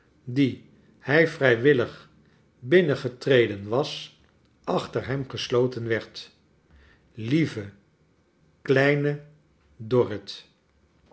die hij vrrjwillig binnengetreden was achter hem gesloten werd lieve kleine dorrit